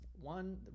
one